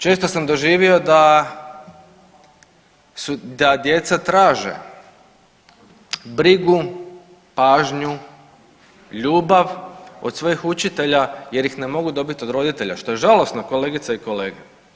Često sam doživio da su, da djeca traže brigu, pažnju, ljubav od svojih učitelja jer ih ne mogu dobiti od roditelja što je žalosno kolegice i kolege.